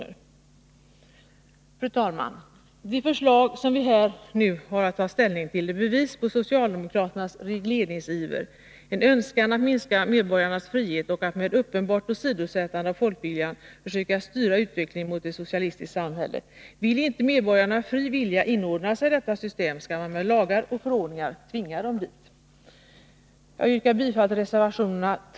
Fru talman! De förslag som vi nu har att ta ställning till är bevis på socialdemokraternas regleringsiver, en önskan att minska medborgarnas frihet och att med uppenbart åsidosättande av folkviljan försöka styra utvecklingen mot ett socialistiskt samhälle. Vill inte medborgarna av fri vilja inordna sig i detta system, skall man med lagar och förordningar tvinga dem dit.